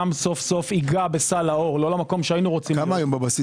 גם סוף-סוף ייגע בסל- -- כמה היום יש בבסיס?